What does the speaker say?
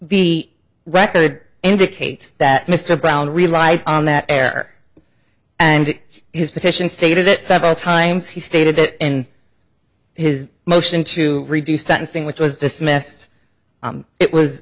the record indicates that mr brown relied on that error and his petition stated it several times he stated it in his motion to reduce sentencing which was dismissed it was